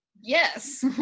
Yes